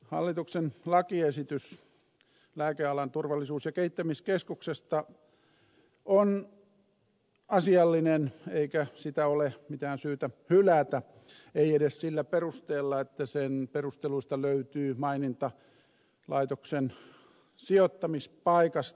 hallituksen lakiesitys lääkealan turvallisuus ja kehittämiskeskuksesta on asiallinen eikä sitä ole mitään syytä hylätä ei edes sillä perusteella että sen perusteluista löytyy maininta laitoksen sijoittamispaikasta